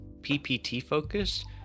PPT-focused